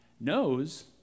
knows